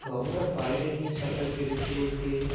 তো আমরা বাইরে গিয়ে সাঁতার কেটেছি বলতে